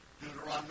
Deuteronomy